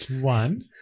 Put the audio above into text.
one